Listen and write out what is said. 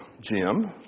Jim